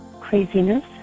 craziness